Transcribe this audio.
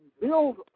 build